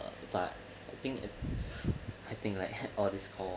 but I think I think like all the score